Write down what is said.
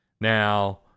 Now